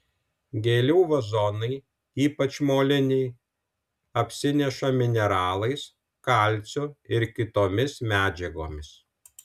gėlių vazonai ypač moliniai apsineša mineralais kalciu ir kitomis medžiagomis